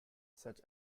such